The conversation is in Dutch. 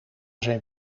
zijn